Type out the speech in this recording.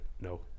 no